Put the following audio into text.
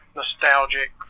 nostalgic